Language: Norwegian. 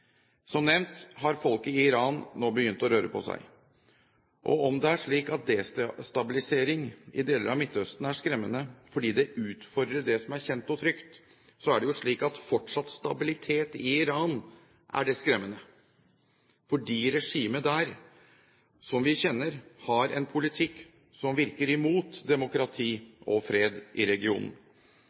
Som nevnt har folket i Iran nå begynt å røre på seg. Om det er slik at destabilisering i deler av Midtøsten er skremmende fordi det utfordrer det som er kjent og trygt, er det jo slik at fortsatt stabilitet i Iran er det skremmende, fordi regimet der, som vi kjenner, har en politikk som virker mot demokrati og fred i regionen.